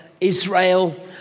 Israel